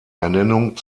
ernennung